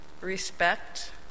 respect